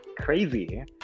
crazy